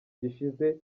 gishize